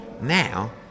Now